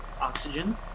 oxygen